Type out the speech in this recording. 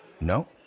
No